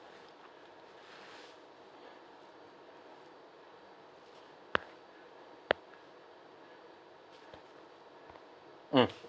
mm